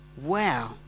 wow